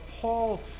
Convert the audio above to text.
Paul